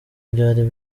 byari